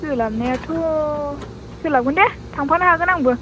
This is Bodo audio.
सोलाबनायाथ' सोलाबगोन दे थांफानो हागोन आंबो